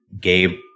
Gabe